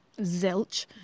zilch